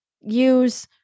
use